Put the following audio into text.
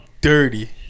dirty